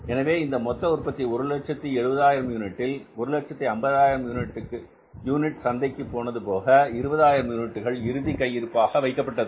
எனவே இந்த மொத்த உற்பத்தி 170000 யூனிட்டில் 150000 யூனிட் சந்தைக்கு போனது போக 20000 யூனிட்டுகள் இறுதி கையிருப்பாக வைக்கப்பட்டது